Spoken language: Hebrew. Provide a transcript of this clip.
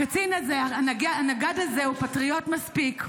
הקצין הזה, הנגד הזה, הוא פטריוט מספיק.